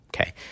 okay